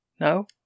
No